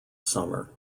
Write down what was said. summer